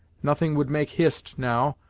nothing would make hist, now,